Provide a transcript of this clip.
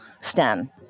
STEM